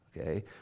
okay